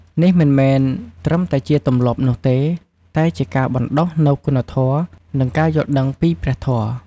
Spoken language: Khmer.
នេះមិនមែនត្រឹមតែជាទម្លាប់នោះទេ តែជាការបណ្តុះនូវគុណធម៌ និងការយល់ដឹងពីព្រះធម៌។